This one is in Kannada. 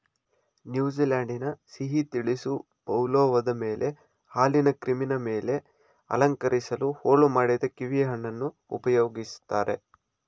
ನ್ಯೂಜಿಲೆಂಡಿನ ಸಿಹಿ ತಿನಿಸು ಪವ್ಲೋವದ ಮೇಲೆ ಹಾಲಿನ ಕ್ರೀಮಿನ ಮೇಲೆ ಅಲಂಕರಿಸಲು ಹೋಳು ಮಾಡಿದ ಕೀವಿಹಣ್ಣನ್ನು ಉಪಯೋಗಿಸ್ತಾರೆ